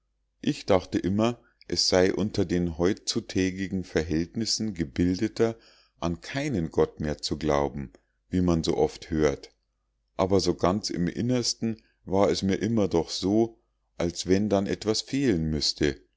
ich dachte immer es sei unter den heutzutägigen verhältnissen gebildeter an keinen gott mehr zu glauben wie man so oft hört aber so ganz im innersten war es mir immer doch so als wenn dann etwas fehlen müßte